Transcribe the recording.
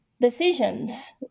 decisions